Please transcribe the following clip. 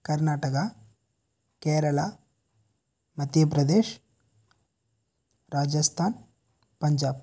Karnataka Kerala Madhya Pradesh Rajasthan Punjab